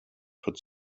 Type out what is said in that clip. put